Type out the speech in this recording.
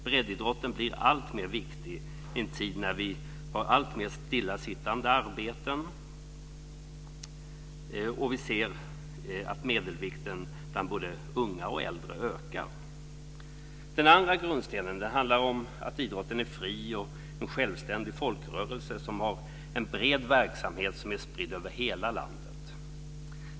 Breddidrotten blir alltmer viktig i en tid när vi har alltmer stillasittande arbeten och vi ser att medelvikten bland både unga och äldre ökar. Den andra grundstenen handlar om att idrotten är en fri och självständig folkrörelse med en bred verksamhet som är spridd över hela landet.